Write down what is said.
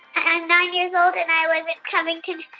i'm nine years old, and i live in covington,